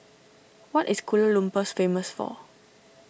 what is Kuala Lumpur famous for